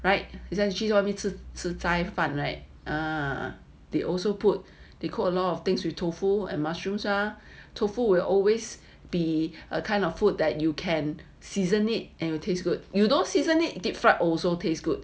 right is actually you want me to 吃斋饭 right they also put they put a lot of things with tofu and mushroom tofu will always be a kind of food that you can season it and will taste good you don't season it deep fried also taste good